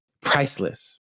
priceless